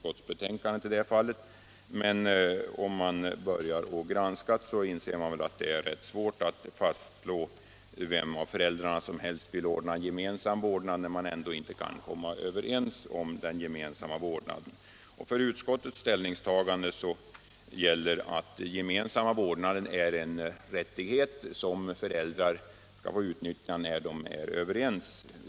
Men om man börjar granska denna fråga inser man att det är svårt att fastslå vem av föräldrarna ”som är mest beredd att få till stånd —-—-- en gemensam vårdnad”, när föräldrarna inte kan komma överens om den gemensamma vårdnaden. Utskottets ställningstagande innebär att den gemensamma vårdnaden är en rättighet som föräldrar skall få utnyttja när de är överens.